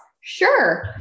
Sure